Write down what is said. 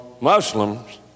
Muslims